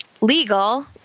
legal